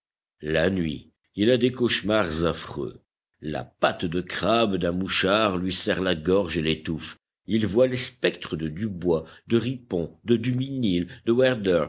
la nuit il a des cauchemars affreux la patte de crabe d'un mouchard lui serre la gorge et l'étouffe il voit les spectres de dubois de ripon de duminil de